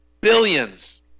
billions